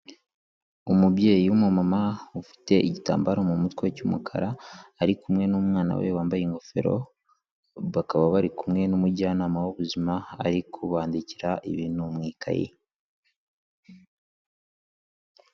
Umubyeyi w'umumama ufite igitambaro mu mutwe cy'umukara, ari kumwe n'umwana we wambaye ingofero, bakaba bari kumwe n'umujyanama w'ubuzima, ari kubandikira ibintu mu ikayi.